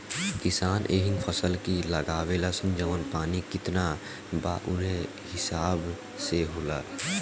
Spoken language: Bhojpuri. किसान एहींग फसल ही लगावेलन जवन पानी कितना बा उहे हिसाब से होला